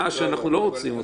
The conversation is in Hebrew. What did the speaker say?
אתה לא הולך ליועץ.